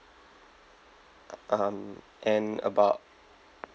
um and about